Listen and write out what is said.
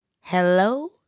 Hello